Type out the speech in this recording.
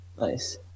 Nice